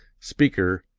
speaker,